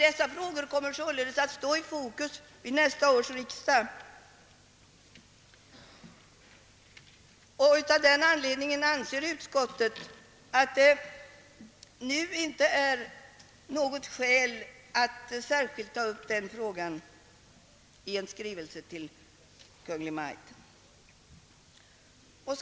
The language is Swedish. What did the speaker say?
Dessa frågor kommer sålunda att stå 1 fokus vid nästa års riksdag. Av den anledningen anser utskottet att det inte är något skäl att särskilt ta upp dem i en skrivelse till Kungl. Maj:t.